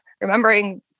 remembering